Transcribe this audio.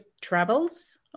travels